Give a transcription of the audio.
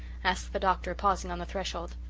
asked the doctor, pausing on the threshold.